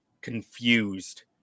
confused